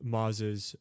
Maz's